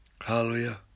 Hallelujah